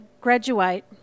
graduate